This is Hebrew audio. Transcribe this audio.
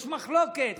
יש מחלוקת